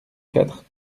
quatre